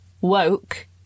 Woke